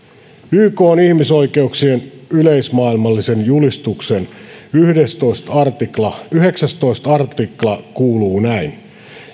ykn ihmisoikeuksien yleismaailmallisen julistuksen yhdeksästoista artikla yhdeksästoista artikla kuuluu näin